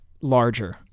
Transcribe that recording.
larger